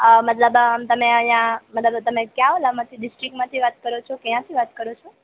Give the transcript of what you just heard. અ મતલબ તમે અહીંયા મતલબ તમે ક્યાં ઓલામાંથી ડીસ્ટ્રિકમાંથી વાત કરો છો ક્યાંથી વાત કરો છો